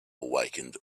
awakened